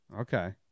Okay